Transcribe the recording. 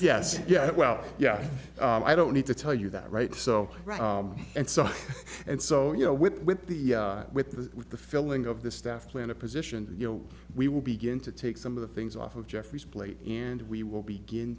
yes yeah well yeah i don't need to tell you that right so and so and so you know with the with the with the with the filling of the staff plan a position you know we will begin to take some of the things off of jeffrey's plate and we will begin